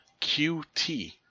QT